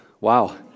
wow